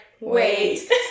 wait